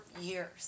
years